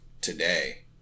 today